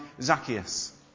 Zacchaeus